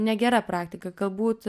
negera praktika galbūt